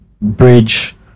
bridge